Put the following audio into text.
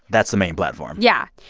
that's the main platform? yeah.